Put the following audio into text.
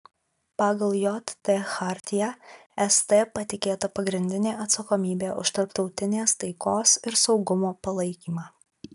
pagal jt chartiją st patikėta pagrindinė atsakomybė už tarptautinės taikos ir saugumo palaikymą